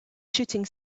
shooting